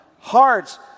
hearts